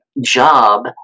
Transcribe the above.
job